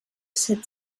set